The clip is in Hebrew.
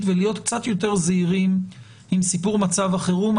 ולהיות קצת יותר זהירים עם סיפור מצב החירום.